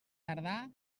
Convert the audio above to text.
tardar